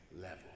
level